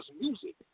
music